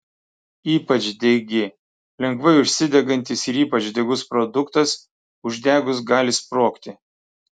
ypač degi lengvai užsidegantis ir ypač degus produktas uždegus gali sprogti